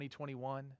2021